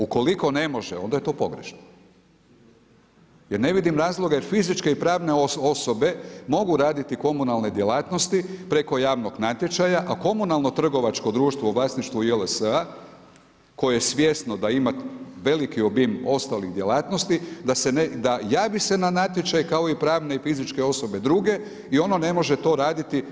Ukoliko ne može onda je to pogrešno, jer ne vidim razloga, jer fizičke i pravne osobe mogu raditi komunalne djelatnosti preko javnog natječaja, a komunalno trgovačko društvo u vlasništvu JLS-a koje je svjesno da ima veliki obim ostalih djelatnosti da javi se na natječaj kao i pravne i fizičke osobe druge i ono ne može to raditi.